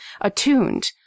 attuned